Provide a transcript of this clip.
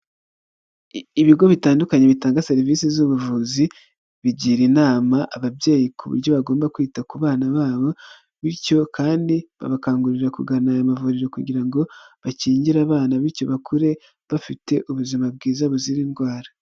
Ibigo bitandukanye bitanga serivisi z'ubuvuzi bigira inama ababyeyi ku buryo bagomba kwita ku bana babo, bityo kandi babakangurira kugana aya mavuriro kugira ngo bakingire abana bityo bakure bafite ubuzima bwiza buzira indwara.